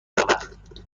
وقت